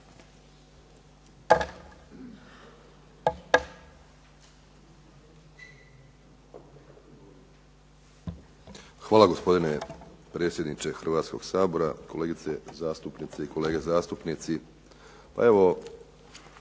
Hvala gospodine predsjedniče Hrvatskog sabora, kolegice zastupnice i kolege zastupnici.